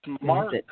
Mark